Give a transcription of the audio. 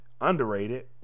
Underrated